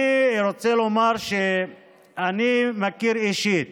אני רוצה לומר שאני מכיר אישית